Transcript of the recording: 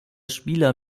spieler